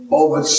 over